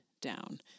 down